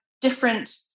different